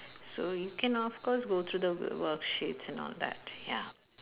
so you can of course go through the wor~ worksheets and all that ya